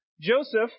Joseph